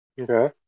Okay